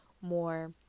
more